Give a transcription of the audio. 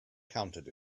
counted